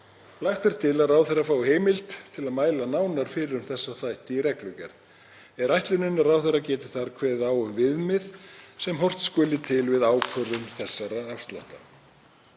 Lagt er til að ráðherra fái heimild til að mæla nánar fyrir um þessa þætti í reglugerð. Er ætlunin að ráðherra geti þar kveðið á um viðmið sem horft skuli til við ákvörðun þessara afslátta.